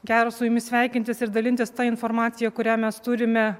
gera su jumis sveikintis ir dalintis ta informacija kurią mes turime